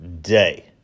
day